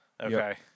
Okay